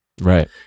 Right